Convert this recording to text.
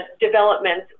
developments